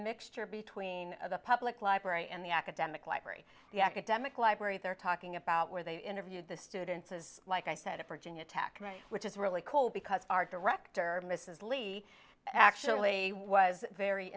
mixture between a public library and the academic library the academic library they're talking about where they interviewed the students is like i said for junior tac which is really cool because our director her mrs lee actually was very